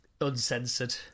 uncensored